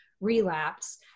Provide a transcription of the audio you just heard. relapse